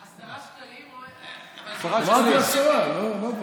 עשרה שקלים, אבל, אמרתי עשרה, לא?